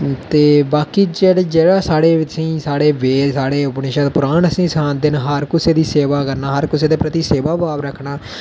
बाकी जेह्ड़े जेह्ड़ा उत्थै साढ़े वेद साढ़े उपनिषद पुराण असेंगी सखांदे न हर कोई कुसै दी सेवा करना हर कुसै दे प्रति सेवा भाव रक्खना